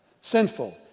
Sinful